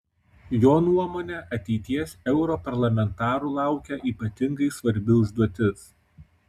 jo nuomone ateities europarlamentarų laukia ypatingai svarbi užduotis